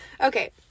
Okay